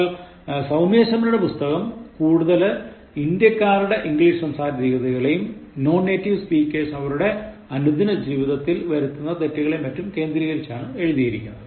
എന്നാൽ സൌമ്യ ശർമയുടെ പുസ്തകം കൂടുതൽ ഇന്ത്യക്കാരുടെ ഇംഗ്ലീഷ് സംസാരരീതികളെയും നോൺ നെറ്റിവ് സ്പീക്കേഴ്സ് അവരുടെ അനുദിന ജീവിതത്തിൽ വരുത്തുന്ന തെറ്റുകളേയും മറ്റും കേന്ദ്രികരിച്ചാണ് എഴുതിയിരിക്കുന്നത്